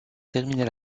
terminer